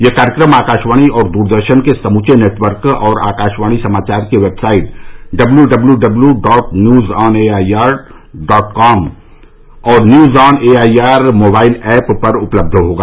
यह कार्यक्रम आकाशवाणी और दूरदर्शन के समुचे नेटवर्क और आकाशवाणी समाचार की website W W W dot news on A I R dot com और news on A I R mobile app पर उपलब्ध रहेगा